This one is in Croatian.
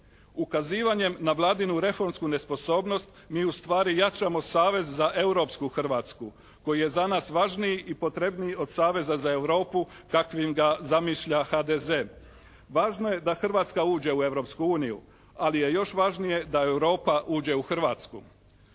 Ukazivanjem na Vladinu reformsku nesposobnost mi ustvari jačamo savez za europsku Hrvatsku koji je za nas važniji i potrebniji od saveza za Europu kakvim ga zamišlja HDZ. Važno je da Hrvatska uđe u Europsku uniju ali je još važnije da Europa uđe u Hrvatsku.